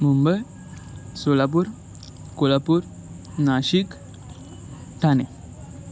Mumbai Solapur Kolhapur Nashik Thane